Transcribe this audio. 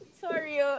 Sorry